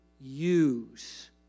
use